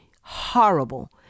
horrible